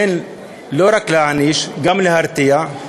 לא רק להעניש אלא גם להרתיע,